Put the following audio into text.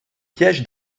piège